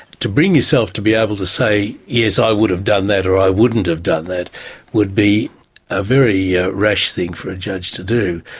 to bring yourself to be able to say yes i would have done that or i wouldn't have done that would be a very yeah rash thing for a judge to do.